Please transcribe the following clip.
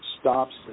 stops